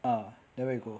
uh then where you go